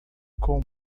com